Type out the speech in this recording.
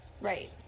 Right